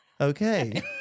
Okay